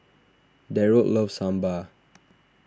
Derald loves Sambar